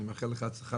אני מאחל לך הצלחה.